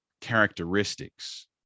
characteristics